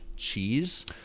Cheese